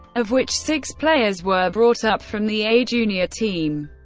of which six players were brought up from the a-junior team.